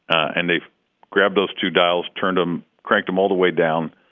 and they've grabbed those two dials, turned them cranked them all the way down,